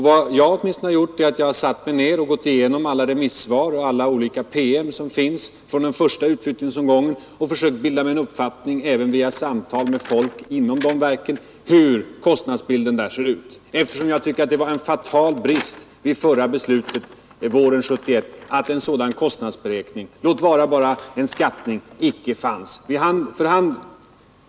Vad åtminstone jag har gjort är att jag har satt mig ned och gått igenom alla remissvar och alla olika PM som finns från den första utflyttningsomgången och försökt bilda mig en uppfattning, även via samtal med folk inom de verken, hur kostnadsbilden där ser ut, eftersom jag tycker att det var en fatal brist vid förra beslutet, våren 1971, att en sådan kostnadsberäkning, låt vara bara en skattning, icke fanns tillgänglig.